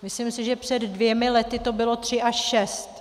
Myslím si, že před dvěma lety to bylo tři až šest.